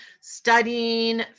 studying